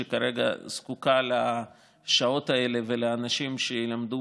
שכרגע זקוקה לשעות האלה ולאנשים שילמדו